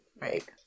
Right